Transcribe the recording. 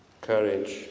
courage